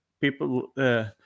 people